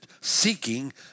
seeking